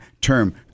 term